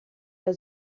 der